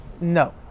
no